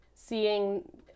seeing